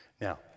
Now